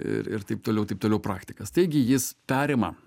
ir ir taip toliau taip toliau praktikas taigi jis perima